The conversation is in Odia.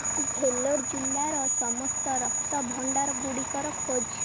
ଭେଲୋର ଜିଲ୍ଲାର ସମସ୍ତ ରକ୍ତ ଭଣ୍ଡାରଗୁଡ଼ିକର ଖୋଜ